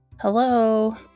hello